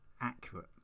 accurate